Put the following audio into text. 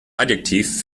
adjektiv